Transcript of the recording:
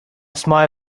smile